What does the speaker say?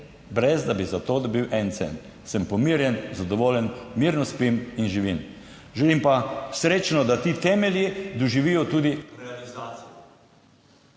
Brez da bi za to dobil en cent. Sem pomirjen, zadovoljen, mirno spim in živim. Želim pa srečno, da ti temelji doživijo tudi realizacijo.